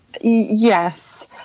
Yes